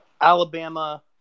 Alabama